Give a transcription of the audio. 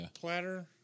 platter